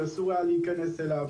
שאסור היה להיכנס אליו,